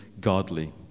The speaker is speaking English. godly